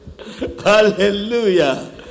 Hallelujah